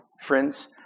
Friends